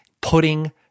putting